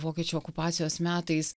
vokiečių okupacijos metais